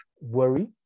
worry